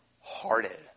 hearted